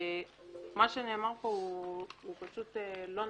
ומה שנאמר פה הוא פשוט לא נכון.